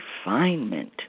refinement